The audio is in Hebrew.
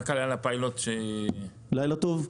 מה כלל הפיילוט -- לילה טוב.